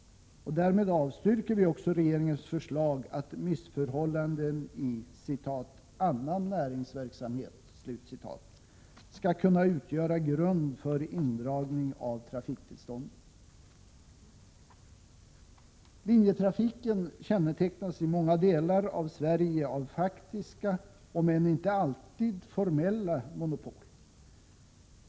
Därmed avstyrker vi också regeringens förslag att missförhållanden i ”annan näringsverksamhet” skall kunna utgöra grund för indragning av trafiktillståndet. Linjetrafiken kännetecknas i många delar av Sverige av faktiska, om än inte alltid formella, monopol.